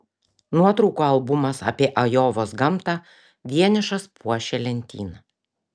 nuotraukų albumas apie ajovos gamtą vienišas puošė lentyną